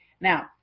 Now